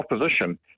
opposition